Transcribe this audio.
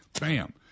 bam